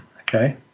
Okay